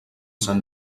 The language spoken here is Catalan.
sant